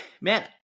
man